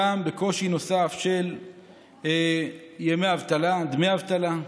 וגם בקושי נוסף של ימי אבטלה, דמי אבטלה,